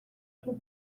توپ